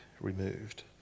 removed